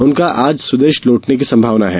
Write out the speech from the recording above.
उनके आज स्वदेश लौटने की संभावना है